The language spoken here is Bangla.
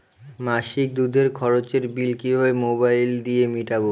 মাসিক দুধের খরচের বিল কিভাবে মোবাইল দিয়ে মেটাব?